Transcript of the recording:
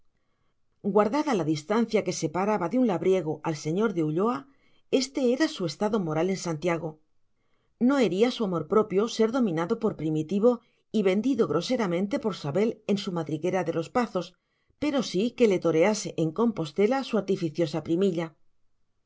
guardada la distancia que separaba de un labriego al señor de ulloa éste era su estado moral en santiago no hería su amor propio ser dominado por primitivo y vendido groseramente por sabel en su madriguera de los pazos pero sí que le torease en compostela su artificiosa primilla